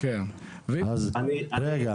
המשרד יודע